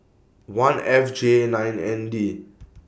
one F J nine N D